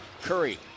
Curry